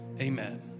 amen